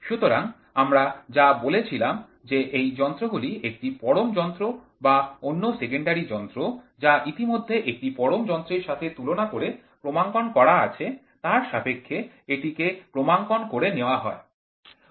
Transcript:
সুতরাং আমরা যা বলেছিলাম যে এই যন্ত্রগুলি একটি পরম যন্ত্র বা অন্য সেকেন্ডারি যন্ত্র যা ইতিমধ্যে একটি পরম যন্ত্রের সাথে তুলনা করে ক্রমাঙ্কন করা আছে তার সাপেক্ষে এটিকে ক্রমাঙ্কন করে নেওয়া হয়